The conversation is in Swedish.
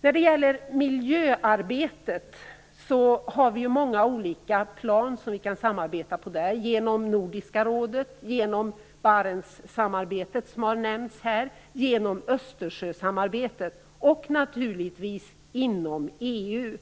När det gäller miljöarbetet har vi många olika plan som vi kan samarbeta på: genom Nordiska rådet, genom Barentssamarbetet, som har nämnts här, genom Östersjösamarbetet och naturligtvis inom EU.